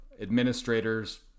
administrators